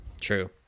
True